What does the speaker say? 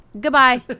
Goodbye